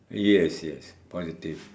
yes yes positive